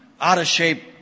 out-of-shape